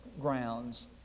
grounds